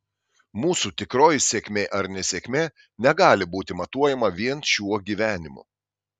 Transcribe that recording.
mūsų tikroji sėkmė ar nesėkmė negali būti matuojama vien šiuo gyvenimu